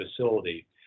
facility